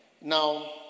Now